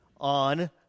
on